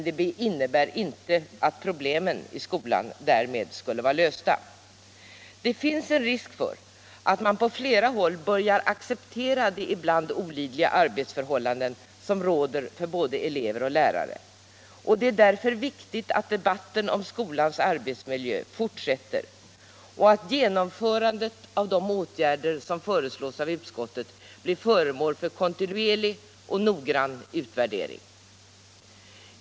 Det innebär dock inte att problemen därmed skulle vara lösta. Det finns en risk för att man på flera håll börjar acceptera de ibland olidliga arbetsförhållanden som råder för både elever och lärare och det är viktigt att debatten om skolans arbetsmiljö fortsätter och att genomförandet av de åtgärder som förslås av utskottet blir föremål för kontinuerlig och noggrann utvärdering.